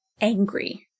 angry